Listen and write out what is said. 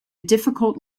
difficult